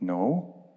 no